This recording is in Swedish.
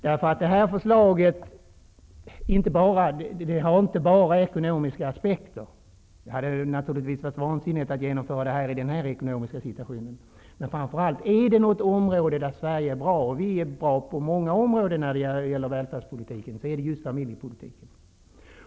Vårdnadsbidraget har inte bara ekonomiska aspekter -- även om det hade varit vansinnigt att genomföra det i den här ekonomiska situationen. Vi i Sverige är bra på många områden av välfärdspolitiken, men särskilt bra är vi när det gäller familjepolitiken.